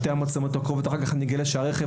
על שתי המצלמות ואחר כך אני אגלה שהרכב